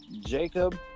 Jacob